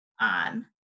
on